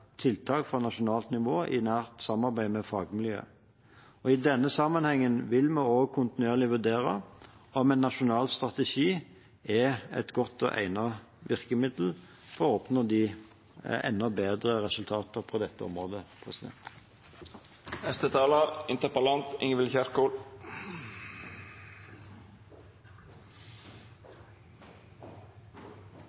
tiltak fra nasjonalt nivå i nært samarbeid med fagmiljøet. I denne sammenhengen vil vi også kontinuerlig vurdere om en nasjonal strategi er et godt og egnet virkemiddel for å oppnå enda bedre resultater på dette området.